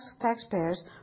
taxpayers